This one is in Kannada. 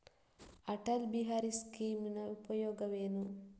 ಅಟಲ್ ಬಿಹಾರಿ ಸ್ಕೀಮಿನ ಉಪಯೋಗವೇನು?